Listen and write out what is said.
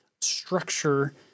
structure